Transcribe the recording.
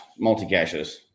multicaches